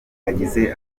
yagize